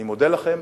אני מודה לכם.